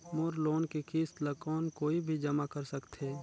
मोर loan के किस्त ल कौन कोई भी जमा कर सकथे?